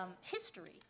history